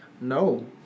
No